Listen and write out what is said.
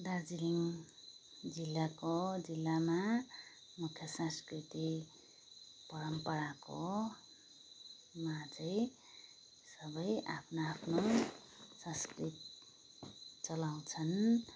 दार्जिलिङ जिल्लाको जिल्लामा मुख्य सांस्कृतिक परम्पराकोमा चाहिँ सबै आफ्नो आफ्नो संस्कृति चलाउँछन्